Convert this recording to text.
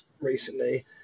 recently